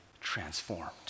transformed